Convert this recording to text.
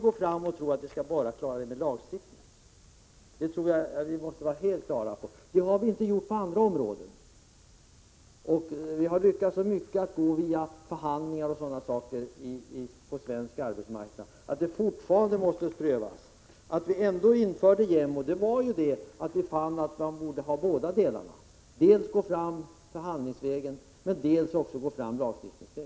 Vi kan inte tro att vi någonsin skall klara uppgiften enbart genom lagstiftning. Så har inte skett på andra områden. Vi har lyckats åstadkomma mycket genom förhandlingar 0. d. på den svenska arbetsmarknaden, och sådana vägar måste prövas även i fortsättningen. Anledningen till att vi ändå införde JämO var att vi fann att vi behövde gå fram både förhandlingsvägen och lagstiftningsvägen.